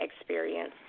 experience